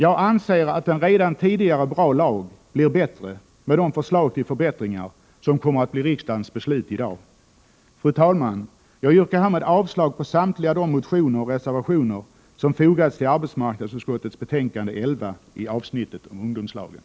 Jag anser att en redan tidigare bra lag blir bättre med de förslag till förbättringar som kommer att bli riksdagens beslut i dag. Fru talman! Jag yrkar härmed avslag på samtliga de reservationer som fogats till arbetsmarknadsutskottets betänkande nr 11 i avsnittet om ungdomslagen.